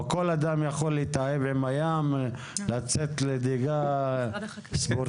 כל אדם יכול להתאהב בים ולצאת לדייג ספורטיבי,